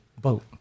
boat